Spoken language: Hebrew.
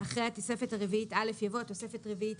(16)אחרי התוספת הרביעית א' יבוא: "תוספת רביעית